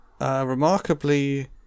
remarkably